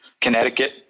Connecticut